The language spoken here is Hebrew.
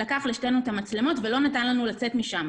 הוא לקח לשתינו את המצלמות ולא נתן לנו לצאת משם.